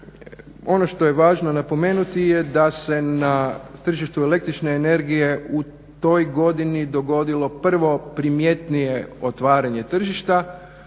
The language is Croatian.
Ono što je važno napomenuti je da se na tržištu električne energije u toj godini dogodilo prvo primjetnije otvaranje tržišta,